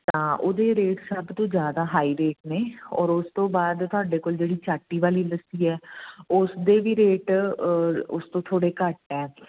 ਤਾਂ ਉਹਦੇ ਰੇਟ ਸਭ ਤੋਂ ਜ਼ਿਆਦਾ ਹਾਈ ਰੇਟ ਨੇ ਔਰ ਉਹਤੋਂ ਬਾਅਦ ਸਾਡੇ ਕੋਲ ਜਿਹੜੀ ਚਾਟੀ ਵਾਲੀ ਲੱਸੀ ਹੈ ਉਸ ਦੇ ਵੀ ਰੇਟ ਉਸ ਤੋਂ ਥੋੜ੍ਹੇ ਘੱਟ ਹੈ